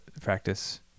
practice